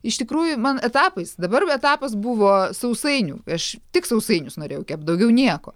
iš tikrųjų man etapais dabar etapas buvo sausainių aš tik sausainius norėjau kept daugiau nieko